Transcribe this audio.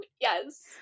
yes